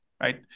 right